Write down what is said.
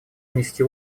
внести